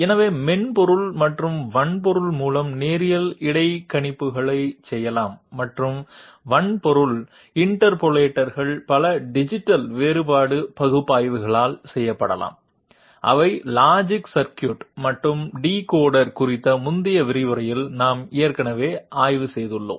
எனவே மென்பொருள் அல்லது வன்பொருள் மூலம் நேரியல் இடைக்கணிப்புகளைச் செய்யலாம் மற்றும் வன்பொருள் இன்டர்போலேட்டர்கள் பல டிஜிட்டல் வேறுபாடு பகுப்பாய்விகளால் செய்யப்படலாம் அவை லாஜிக் சர்க்யூட் மற்றும் டிகோடர் குறித்த முந்தைய விரிவுரையில் நாம் ஏற்கனவே ஆய்வு செய்துள்ளோம்